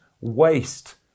waste